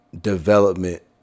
development